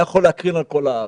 היה יכול להקרין על כל הארץ.